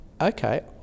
okay